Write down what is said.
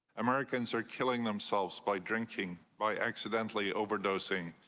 americans are killing themselves by drinking, by accidentally overdosing,